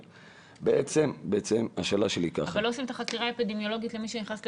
אבל לא עושים את החקירה האפידמיולוגית למי שנכנס לבידוד,